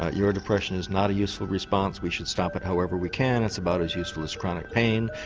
ah your depression is not a useful response, we should stop it however we can, it's about as useful as chronic pain,